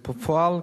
בפועל,